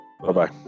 bye-bye